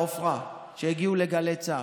מעופרה הגיעו לגלי צה"ל.